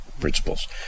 principles